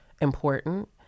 important